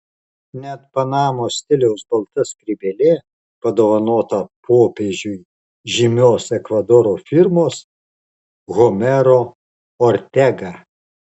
net panamos stiliaus balta skrybėlė padovanota popiežiui žymios ekvadoro firmos homero ortega